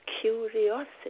curiosity